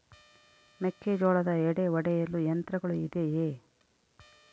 ಮೆಕ್ಕೆಜೋಳದ ಎಡೆ ಒಡೆಯಲು ಯಂತ್ರಗಳು ಇದೆಯೆ?